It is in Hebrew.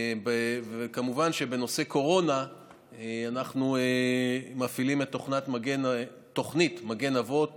כמובן שבנושא קורונה אנחנו מפעילים את התוכנית מגן אבות